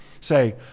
say